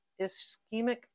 ischemic